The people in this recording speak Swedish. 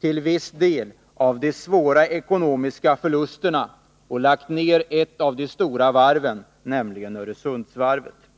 till viss del av de svåra ekonomiska förlusterna och lagt ner ett storvarv, nämligen Öresundsvarvet.